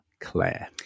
Claire